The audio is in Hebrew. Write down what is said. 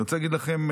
אני רוצה להגיד לכם,